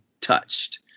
touched